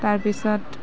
তাৰপিছত